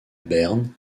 berne